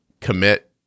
commit